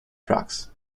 drugs